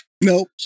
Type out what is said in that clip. Nope